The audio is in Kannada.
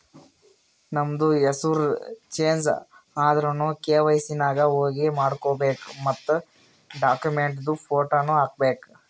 ನಮ್ದು ಹೆಸುರ್ ಚೇಂಜ್ ಆದುರ್ನು ಕೆ.ವೈ.ಸಿ ನಾಗ್ ಹೋಗಿ ಮಾಡ್ಕೋಬೇಕ್ ಮತ್ ಡಾಕ್ಯುಮೆಂಟ್ದು ಫೋಟೋನು ಹಾಕಬೇಕ್